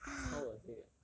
超恶心 eh